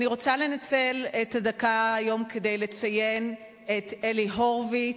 אני רוצה לנצל את הדקה היום כדי לציין את אלי הורביץ,